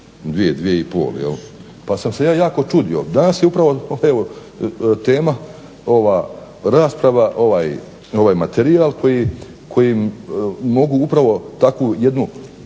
bi mi ucrtao put. Pa sam se jako čudio danas je upravo tema rasprava materijal koji mogu upravo takvu jednu